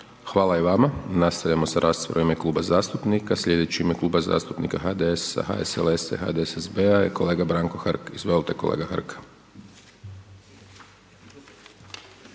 Hvala i vama. Nastavljamo sa rasprava u ime kluba zastupnika. Sljedeći u ime Kluba zastupnika HDS-a, HSLS-a i HDSSB-a je kolega Branko Hrg, izvolite. **Hrg, Branko